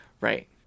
Right